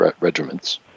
regiments